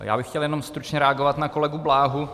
Já bych chtěl jenom stručně reagovat na kolegu Bláhu.